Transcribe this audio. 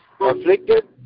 afflicted